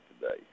today